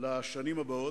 לשנים הבאות.